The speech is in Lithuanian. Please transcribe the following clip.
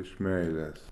iš meilės